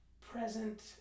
present